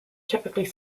typically